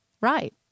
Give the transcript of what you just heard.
Right